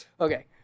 Okay